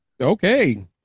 okay